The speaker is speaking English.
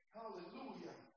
hallelujah